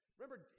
Remember